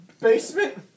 basement